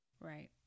Right